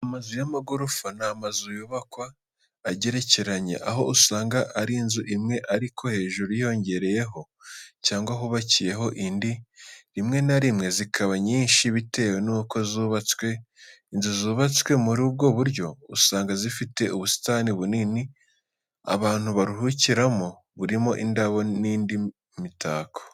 Amazu y'amagorofa ni amazu yubakwa agerekeranye, aho usanga ari inzu imwe ariko hejuru hiyongereyeho cyangwa hubakiyeho indi, rimwe na rimwe zikaba nyinshi bitewe nuko zubatswe. Inzu zubatse muri ubwo buryo usanga zifite ubusitani bunini abantu baruhukiramo, burimo indabo n'indi mitako.